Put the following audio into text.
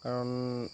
কাৰণ